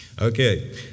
okay